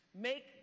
make